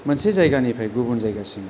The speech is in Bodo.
मोनसे जायगानिफ्राय गुबुन जायगासिम